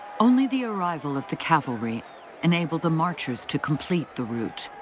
only the arrival of the cavalry enabled the marchers to complete the route.